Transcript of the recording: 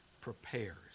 prepares